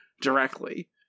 directly